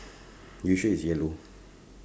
you sure is yellow